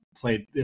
Played